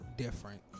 Different